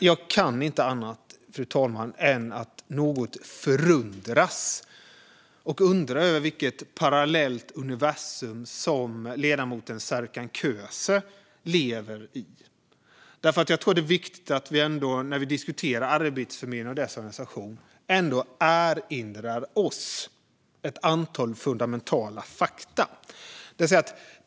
Jag kan inte annat än att något förundras och undra över vilket parallellt universum som ledamoten Serkan Köse lever i. När vi diskuterar Arbetsförmedlingen och dess organisation är det viktigt att vi ändå erinrar oss ett antal fundamentala fakta.